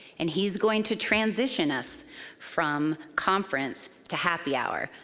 and he's going to transition us from conference to happy hour.